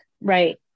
Right